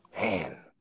Man